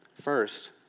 First